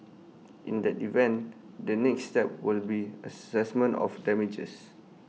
in that event the next step will be Assessment of damages